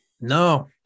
No